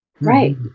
Right